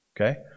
okay